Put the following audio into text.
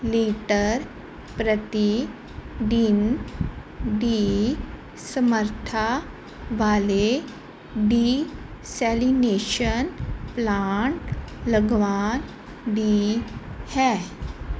litre ਪ੍ਰਤੀ ਦਿਨ ਦੀ ਸਮਰੱਥਾ ਵਾਲੇ ਡੀਸੈਲਿਨੇਸ਼ਨ ਪਲਾਂਟ ਲਗਾਉਣ ਦੀ ਹੈ